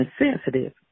insensitive